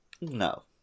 No